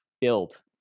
build